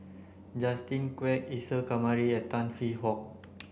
Justin Quek Isa Kamari and Tan Hwee Hock